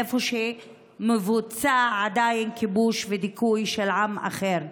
איפה שמבוצע עדיין כיבוש ודיכוי של עם אחר,